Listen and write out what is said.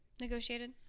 negotiated